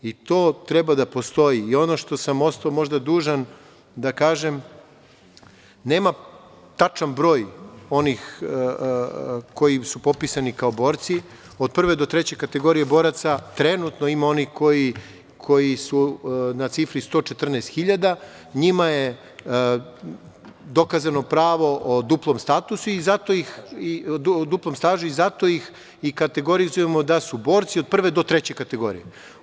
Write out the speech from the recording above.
I to treba da postoji i ono što sam ostao možda dužan da kažem, nemam tačan broj onih koji su popisani kao borci od 1. do 3. kategorije boraca, trenutno ima onih koji su na cifri 114 hiljada, njima je dokazano pravo o duplom stažu i zato ih i kategorizujemo da su borci od 1. do 3. kategorije.